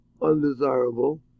undesirable